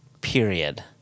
period